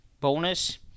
bonus